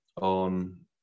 on